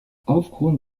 aufgrund